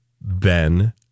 Ben